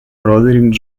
roderick